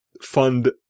fund